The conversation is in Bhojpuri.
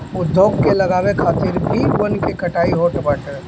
उद्योग के लगावे खातिर भी वन के कटाई होत बाटे